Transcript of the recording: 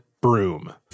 broom